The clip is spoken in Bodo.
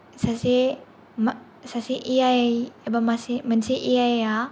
सासे मा सासे ए आइ एबा मासे मोनसे ए आइ या